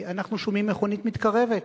אנחנו שומעים מכונית מתקרבת,